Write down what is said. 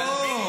תן לי,